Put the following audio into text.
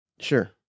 Sure